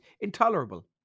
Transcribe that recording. intolerable